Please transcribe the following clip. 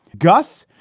gus.